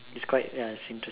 is quite ya is interest